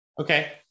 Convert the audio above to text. Okay